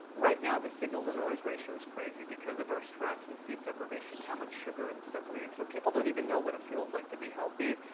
right now, the signal-to-noise ratio is crazy, because of our stress and sleep deprivation, how much sugar and stuff we're eating. so people don't even know what it feels like to be healthy.